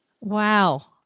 Wow